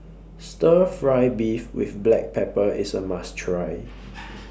Stir Fry Beef with Black Pepper IS A must Try